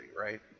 right